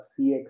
CX